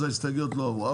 אז ההסתייגויות לא עברו.